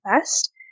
best